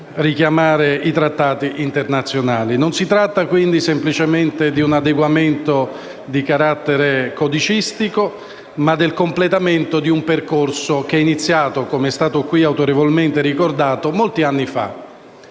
Non si tratta quindi semplicemente di un adeguamento di carattere codicistico, ma del completamento di un percorso che, come è stato autorevolmente ricordato in